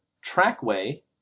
trackway